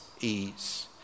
ease